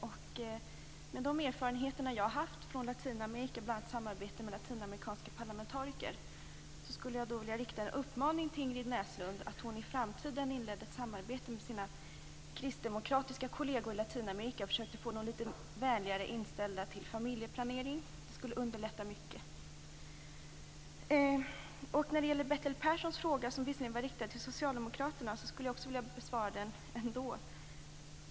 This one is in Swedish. Med tanke på de erfarenheter jag har från Latinamerika, bl.a. samarbete med latinamerikanska parlamentariker, skulle jag vilja rikta en uppmaning till Ingrid Näslund att hon i framtiden inleder ett samarbete med sina kristdemokratiska kolleger i Latinamerika och försökte få dem litet vänligare inställda till familjeplanering. Det skulle underlätta mycket. Bertil Perssons fråga var visserligen riktad till Socialdemokraterna, men jag skulle vilja besvara den ändå.